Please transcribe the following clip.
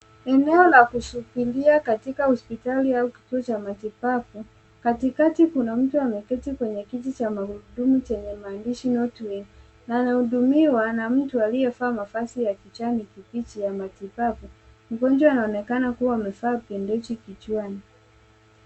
Eneo la kusubiria katika hospitali au kituo cha matibabu. Katikati kuna mtu ameketi kwenye kiti cha magurudumu chenye maandishi na anahudumiwa na mtu aliyevaa mavazi ya kijani kibichi ya matibabu. Mgonjwa anaoneka kuwa amevaa bendeji kichwani.